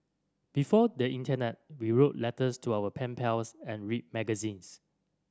before the internet we wrote letters to our pen pals and read magazines